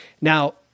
Now